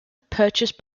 purchased